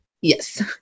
Yes